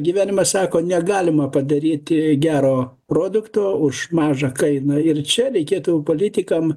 gyvenimas sako negalima padaryti gero produkto už mažą kainą ir čia reikėtų politikam